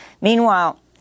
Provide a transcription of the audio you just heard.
Meanwhile